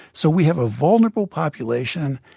so we have a vulnerable population,